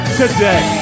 today